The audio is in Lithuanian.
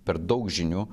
per daug žinių